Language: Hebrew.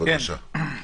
בבקשה.